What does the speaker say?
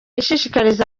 ishishikariza